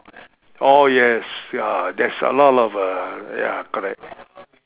oh yes ya there's a lot of ya correct